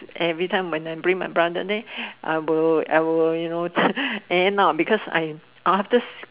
every time when I bring my brother there I will I will you know end up because after